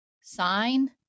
sign